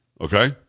okay